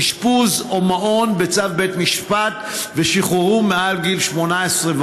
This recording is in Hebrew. אשפוז או מעון בצו בית משפט ושוחררו מעל גיל 18,